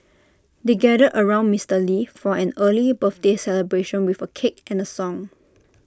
they gathered around Mister lee for an early birthday celebration with A cake and A song